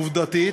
עובדתית,